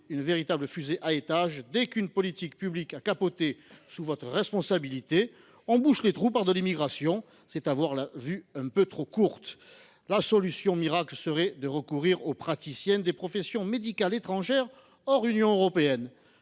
une véritable fusée à étages. Dès qu’une politique publique a capoté sous votre responsabilité, on bouche les trous par de l’immigration. C’est avoir la vue un peu trop courte ! La solution miracle serait ainsi de recourir aux praticiens des professions médicales étrangères diplômés hors Union européenne,